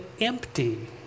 empty